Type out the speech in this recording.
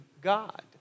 God